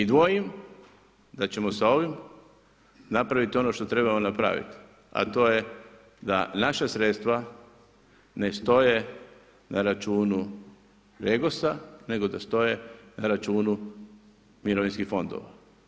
I dvojim da ćemo sa ovim napraviti ono što trebamo napraviti a to je da naša sredstva ne stoje na računu REGOS-a nego da stoje na računu mirovinskih fondova.